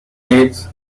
mates